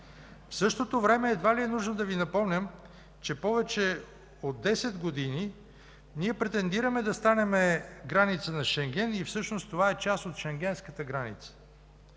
В същото време, едва ли е нужно да Ви напомням, че повече от 10 години претендираме да станем граница на Шенген и всъщност това е част от Шенгенската граница.